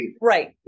Right